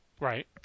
Right